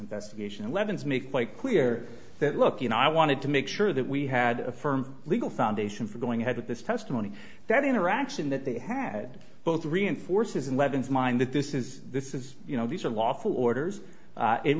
investigation and leavens make it quite clear that look you know i wanted to make sure that we had a firm legal foundation for going ahead with this testimony that interaction that they had both reinforces eleven's mind that this is this is you know these are lawful orders